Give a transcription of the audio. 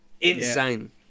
insane